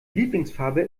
lieblingsfarbe